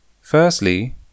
Firstly